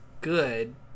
good